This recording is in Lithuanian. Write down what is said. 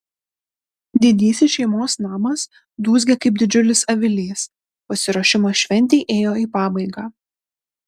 didysis šeimos namas dūzgė kaip didžiulis avilys pasiruošimas šventei ėjo į pabaigą